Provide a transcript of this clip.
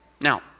Now